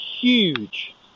Huge